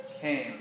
came